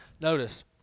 Notice